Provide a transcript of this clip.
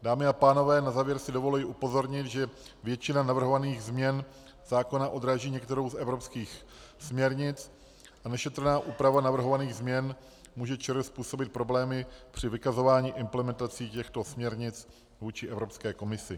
Dámy a pánové, na závěr si dovoluji upozornit, že většina navrhovaných změn zákona odráží některou z evropských směrnic a nešetrná úprava navrhovaných změn může ČR způsobit problémy při vykazování implementací těchto směrnic vůči Evropské komisi.